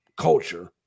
culture